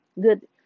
good